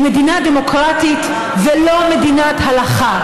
היא מדינה דמוקרטית ולא מדינת הלכה.